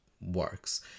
works